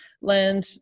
land